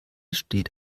steht